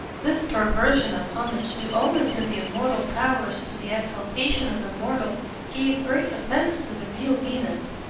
this perversion of homage due only to the immortal powers to the exaltation of a mortal gave great offence to the real venus.